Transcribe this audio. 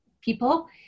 people